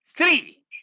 Three